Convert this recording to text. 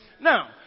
Now